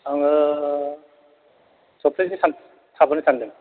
आङो सफ्थासेसो था थाबोनो सानदों